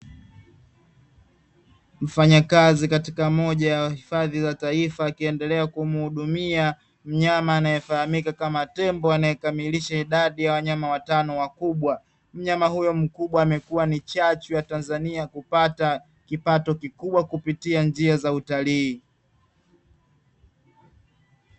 Mfanyakazi katika moja ya hifadhi za taifa, akiendelea kumuhudumia mnyama anayefahamika kama tembo, anayekamilisha idadi ya wanyama watano wakubwa, mnyama huyo mkubwa amekuwa ni chachu ya Tanzania kupata kipato kikubwa kupitia njia za utalii.